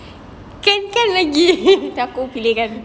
nanti aku kau pilihkan